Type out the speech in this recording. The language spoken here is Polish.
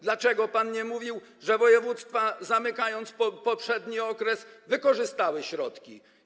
Dlaczego pan nie mówił, że województwa, zamykając poprzedni okres, wykorzystały środki?